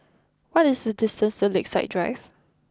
what is the distance to Lakeside Drive